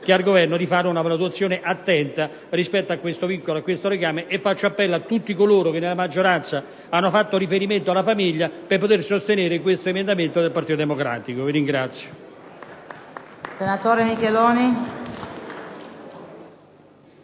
e al Governo di fare una valutazione attenta rispetto a questo vincolo. Faccio appello a tutti coloro che, nella maggioranza, hanno fatto riferimento alla famiglia affinché sostengano questo emendamento del Partito Democratico. *(Applausi